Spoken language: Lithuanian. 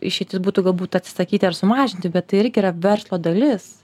išeitis būtų galbūt atsisakyti ar sumažinti bet tai irgi yra verslo dalis